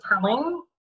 telling